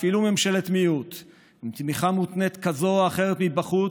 אפילו ממשלת מיעוט עם תמיכה מותנית כזו או אחרת מבחוץ,